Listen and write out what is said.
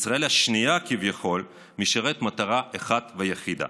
לישראל השנייה כביכול משרת מטרה אחת ויחידה: